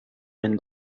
been